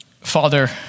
Father